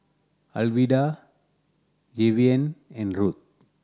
Alwilda Jayvion and Ruth